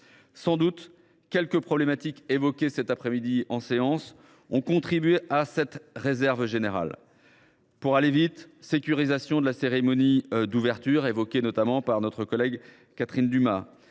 Sans doute quelques problématiques évoquées cette après midi en séance ont elles contribué à cette réserve générale. En bref, il s’agit de la sécurisation de la cérémonie d’ouverture, évoquée notamment par notre collègue Catherine Dumas